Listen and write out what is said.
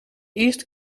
eerste